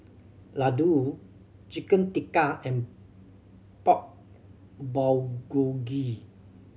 Ladoo Chicken Tikka and Pork Bulgogi